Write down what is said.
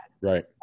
right